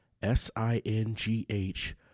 S-I-N-G-H